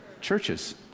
churches